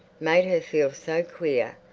made her feel so queer,